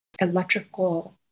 electrical